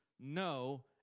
no